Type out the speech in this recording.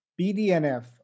BDNF